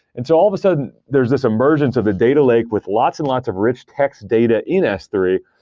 and so all of a sudden there's this emergence of the data lake with lots and lots of rich text data in s three,